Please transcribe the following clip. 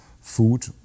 food